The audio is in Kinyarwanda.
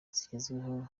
zigezweho